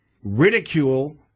ridicule